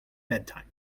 bedtime